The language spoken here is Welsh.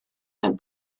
mewn